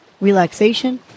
relaxation